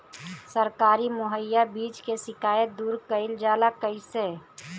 सरकारी मुहैया बीज के शिकायत दूर कईल जाला कईसे?